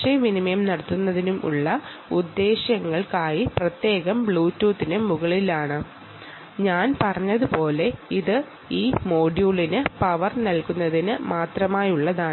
communication നടത്തുന്നതിനുമായി പ്രത്യേകം Bluetooth മുകളിലുണ്ട് ഞാൻ പറഞ്ഞതുപോലെ ഇത് ഈ മൊഡ്യൂളിന് പവർ നൽകുന്നതിന് മാത്രമുള്ളതാണ്